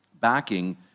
backing